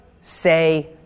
say